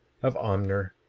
of omner,